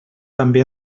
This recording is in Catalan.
també